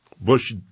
Bush